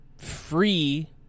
free